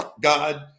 God